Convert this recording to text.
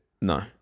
No